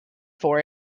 for